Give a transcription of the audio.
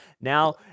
Now